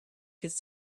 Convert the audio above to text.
could